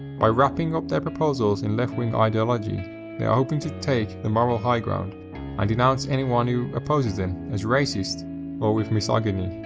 by wrapping up their proposals in left wing ideology they are hoping to take the moral high ground and denounce anyone who opposes them as racist or with misogyny.